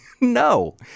No